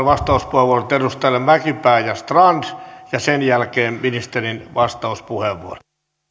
vastauspuheenvuorot edustajille mäkipää ja strand ja sen jälkeen ministerin vastauspuheenvuoro arvoisa puhemies